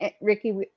Ricky